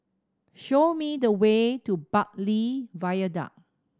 show me the way to Bartley Viaduct